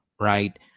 Right